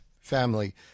family